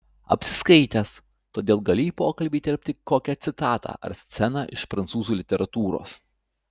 apsiskaitęs todėl gali į pokalbį įterpti kokią citatą ar sceną iš prancūzų literatūros